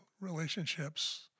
relationships